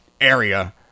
area